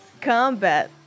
combat